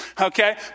okay